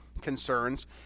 concerns